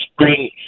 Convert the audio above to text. spring